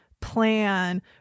plan